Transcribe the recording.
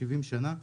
70 שנה.